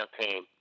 campaign